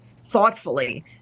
thoughtfully